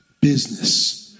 business